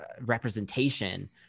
representation